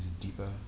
deeper